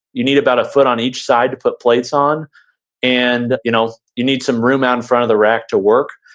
you need about a foot on each side to put plates on and you know you need some room out in front of the rack to work.